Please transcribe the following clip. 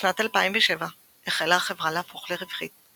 בשנת 2007 החלה החברה להפוך לרווחית,